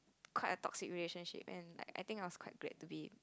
quite a toxic relationship and like I think I was quite glad to be